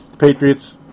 Patriots